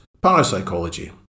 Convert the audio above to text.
parapsychology